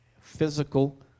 physical